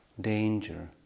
danger